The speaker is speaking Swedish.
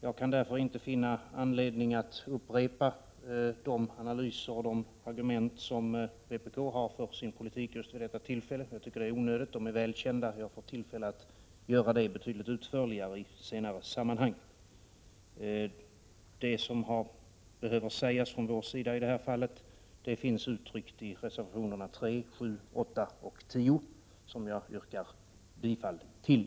Jag kan därför inte finna anledning att just vid detta tillfälle upprepa de analyser och de argument som vpk har för sin politik. Det är onödigt. De är väl kända. Jag får tillfälle att göra det betydligt utförligare i senare sammanhang. Det som behöver sägas från vår sida i detta fall finns uttryckt i reservationerna 3, 7, 8 och 10, som jag yrkar bifall till.